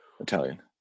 Italian